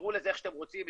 תקראו לזה איך שאתם רוצים,